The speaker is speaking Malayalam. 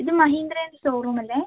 ഇത് മഹീന്ദ്രേൻ്റെ ഷോറൂം അല്ലേ